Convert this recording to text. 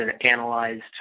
analyzed